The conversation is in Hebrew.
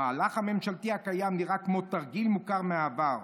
המהלך הממשלתי הקיים נראה כמו תרגיל מוכר מהעבר,